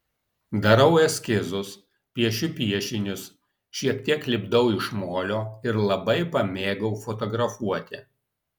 darau eskizus piešiu piešinius šiek tiek lipdau iš molio ir labai pamėgau fotografuoti